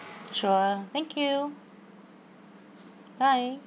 sure thank you bye